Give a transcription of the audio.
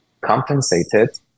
compensated